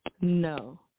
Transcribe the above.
no